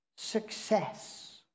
Success